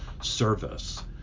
service